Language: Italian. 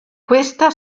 questa